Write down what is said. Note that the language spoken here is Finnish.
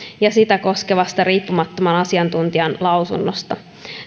ja sitä koskevasta riippumattoman asiantuntijan lausunnosta